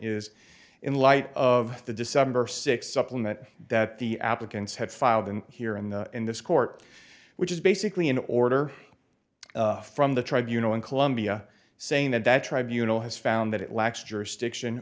is in light of the december sixth supplement that the applicants had filed in here in the in this court which is basically an order from the tribe you know in colombia saying that that tribunal has found that it lacks jurisdiction